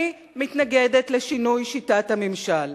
אני מתנגדת לשינוי שיטת הממשל.